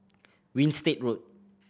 Winstedt Road